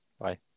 Bye